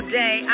day